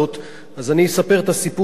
אז אני אספר את הסיפור בקצרה.